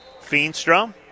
Feenstra